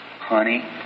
honey